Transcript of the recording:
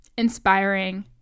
inspiring